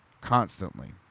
constantly